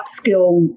upskill